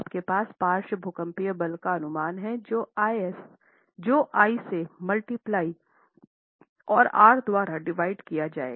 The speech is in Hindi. आपके पास पार्श्व भूकंपीय बल का अनुमान हैं जो आई से मल्टीप्लाई और आर द्वारा डिवाइड किया जायेगा